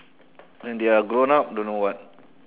when they are grown up don't know what